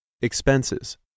Expenses